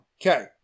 Okay